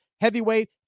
heavyweight